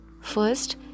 First